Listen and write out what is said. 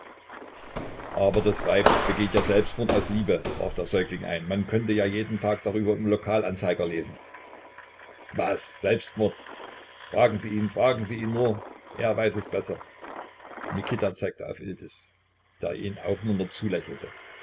aber das weib begehe ja selbstmord aus liebe warf der säugling ein man könne ja jeden tag darüber im lokal anzeiger lesen was selbstmord fragen sie ihn fragen sie ihn nur er weiß es besser mikita zeigte auf iltis der ihm aufmunternd zulächelte